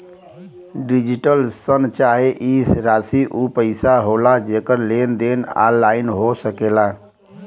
digital शन चाहे ई राशी ऊ पइसा होला जेकर लेन देन ऑनलाइन हो सकेला